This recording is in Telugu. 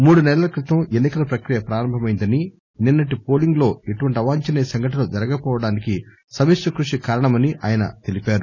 మూడునెలల క్రితం ఎన్నికల ప్రక్రియ ప్రారంభమైందని నిన్నటి పోలీంగ్ లో ఎటువంటి అవాంఛనీయ సంఘటనలు జరగకపోవడానికి సమిష్టి కృషి కారణమని ఆయన తెలిపారు